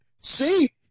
See